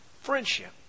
friendship